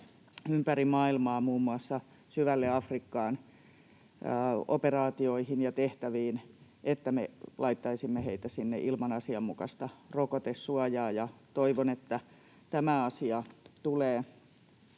ympäri maailmaa, muun muassa syvälle Afrikkaan, operaatioihin ja tehtäviin, hoitaa niin, että me emme laittaisi heitä sinne ilman asianmukaista rokotesuojaa. Toivon, että tämä asia tulee